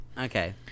Okay